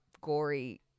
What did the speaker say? gory